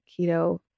Keto